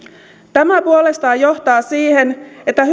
tämä puolestaan johtaa siihen että